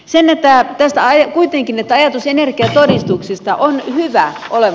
se tästä kuitenkin että ajatus energiatodistuksesta on hyvä